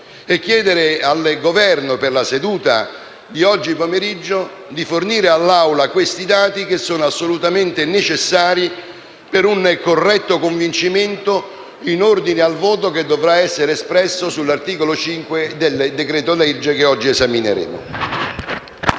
e chiedere al Governo, per la seduta di oggi pomeriggio, di fornire all'Assemblea i dati che ho richiesto, che sono assolutamente necessari per un corretto convincimento in ordine al voto che dovrà essere espresso sull'articolo 5 del decreto-legge, che oggi esamineremo.*(Applausi